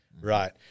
Right